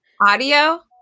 audio